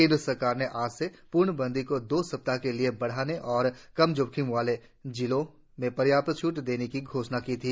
केन्द्र सरकार ने आज से पूर्णबंदी दो सप्ताह के लिए बढ़ाने और कम जोखिम वाले जिलों में पर्याप्त छूट देने की घोषणा की थी